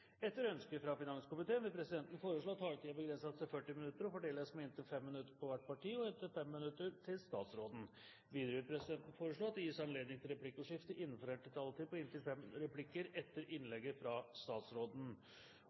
Etter ønske fra finanskomiteen vil presidenten foreslå at taletiden begrenses til 40 minutter og fordeles med inntil 5 minutter til hvert parti og inntil 5 minutter til statsråden. Videre vil presidenten foreslå at det gis anledning til replikkordskifte på inntil fem replikker med svar etter innlegget fra statsråden